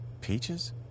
Peaches